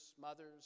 mothers